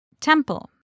Temple